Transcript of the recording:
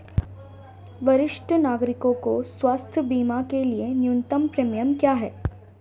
वरिष्ठ नागरिकों के स्वास्थ्य बीमा के लिए न्यूनतम प्रीमियम क्या है?